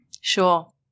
Sure